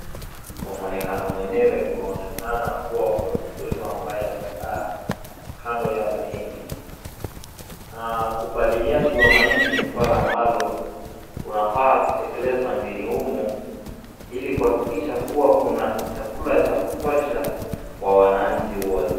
Kwa muonekano mwenyewe kunaonekana kuwa kuna mkulima ambaye amekaa kando ya mahindi. Upaliliaji wa mahindi ni swala ambalo unafaa kutekelezwa nchini humu ili kuhakikisha kua kuna chakula cha kutosha kwa wananchi wote.